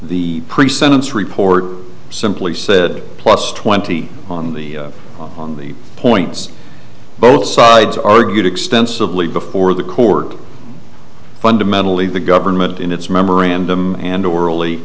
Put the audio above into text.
the pre sentence report simply said plus twenty on the on the points both sides argued extensively before the court fundamentally the government in its memorandum and orally